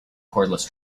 cordless